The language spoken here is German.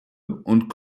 und